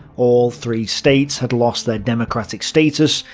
all three states had lost their democratic status,